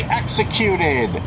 executed